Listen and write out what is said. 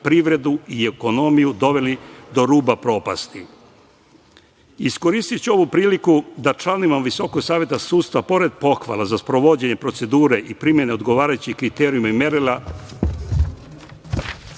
privredu i ekonomiju doveli do ruba propasti. Iskoristiću ovu priliku da članovima Viskog saveta sudstva, pored pohvala za sprovođenje procedure i primene odgovarajućih kriterijuma i merila,